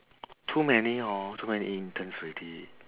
too many hor too many interns already